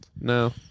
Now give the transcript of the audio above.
No